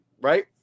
right